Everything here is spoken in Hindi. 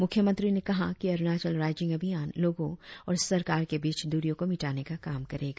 मुख्यमंत्री ने कहा की अरुणाचल राईजिंग अभियान लोगों और सरकार के बीच दुरियों को मिटाने का काम करेगा